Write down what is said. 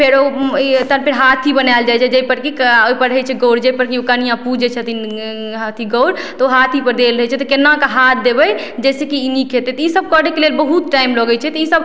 फेरो ई तब फेर हाथी बनायल जाइ छै जै पर की ओइपर रहय छै गौड़ जैपर कनियाँ पूजय छथिन हाथी गौड़ तऽ ओ हाथीपर देल रहय छै तऽ केनाके हाथ देबय जे से कि ई नीक हेतय तऽ इसब करयके लेल बहुत टाइम लगय छै तऽ इसब